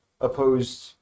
opposed